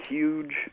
huge